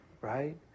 right